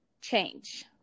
change